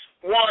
one